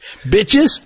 Bitches